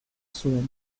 zuen